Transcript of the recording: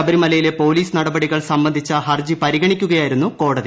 ശബരിമലയിലെ പോലീസ് നടപടികൾ സംബന്ധിച്ച ഹർജി പരിഗണിക്കുകയായിരുന്നു കോടതി